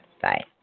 Bye